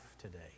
today